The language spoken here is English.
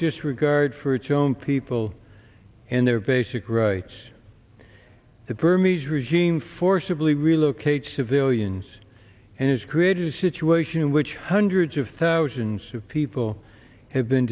disregard for chone people and their basic rights the burmese regime forcibly relocate civilians and has created a situation in which hundreds of thousands of people have been